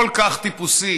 כל כך טיפוסי